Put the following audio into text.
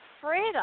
freedom